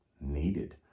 needed